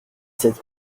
sept